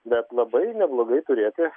bet labai neblogai turėti